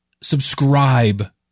subscribe